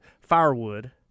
firewood